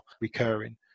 recurring